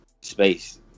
space